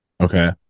Okay